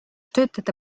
töötajate